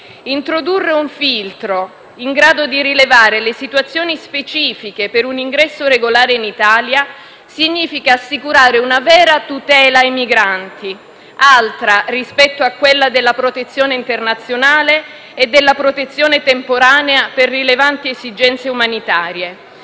Introdurre un filtro in grado di rilevare le situazioni specifiche per un ingresso regolare in Italia significa assicurare una vera tutela ai migranti, altra rispetto a quella della protezione internazionale e della protezione temporanea per rilevanti esigenze umanitarie;